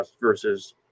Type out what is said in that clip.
versus